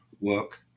work